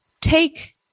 Take